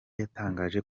yatangaje